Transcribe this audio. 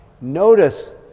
Notice